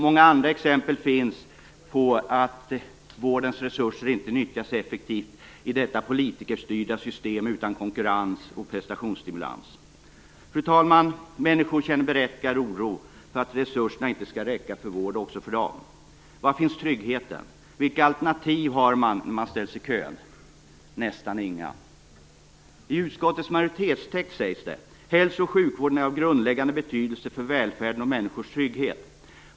Många andra exempel finns på att vårdens resurser inte nyttjas effektivt i detta politikerstyrda system utan konkurrens och prestationsstimulans. Fru talman! Människor känner berättigad oro för att resurserna inte skall räcka för vård också åt dem. Var finns tryggheten? Vilka alternativ har man när man ställs att vänta i kön? Nästan inga! I utskottets majoritetstext sägs det: "Hälso och sjukvården är av grundläggande betydelse för välfärden och människors trygghet."